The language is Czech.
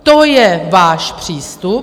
To je váš přístup.